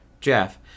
Jeff